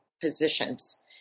positions